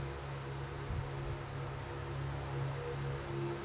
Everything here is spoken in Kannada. ಇ ಕಾಮರ್ಸ್ ಅಂದ್ರೇನು?